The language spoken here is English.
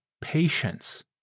patience